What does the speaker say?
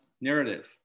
narrative